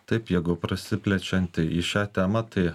taip jėgų prasiplečianti į šią temą tai